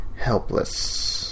Helpless